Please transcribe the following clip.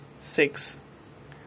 six